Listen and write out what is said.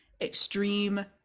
extreme